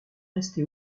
resté